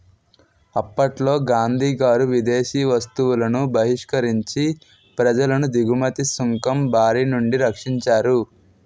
అప్పట్లో గాంధీగారు విదేశీ వస్తువులను బహిష్కరించి ప్రజలను దిగుమతి సుంకం బారినుండి రక్షించారు